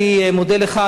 אני מודה לך,